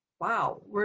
Wow